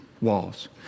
walls